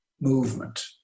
movement